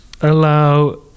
allow